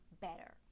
better